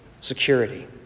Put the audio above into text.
security